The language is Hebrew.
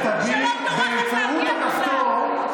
פטור לנשים משירות ביטחון).